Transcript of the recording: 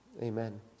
Amen